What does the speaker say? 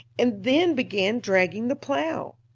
and then began dragging the plow.